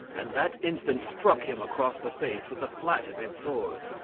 and that instant struck him across the face with the flat of his sword.